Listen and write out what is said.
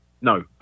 No